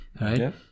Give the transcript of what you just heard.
Right